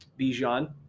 Bijan